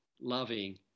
loving